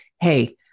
Hey